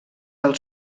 del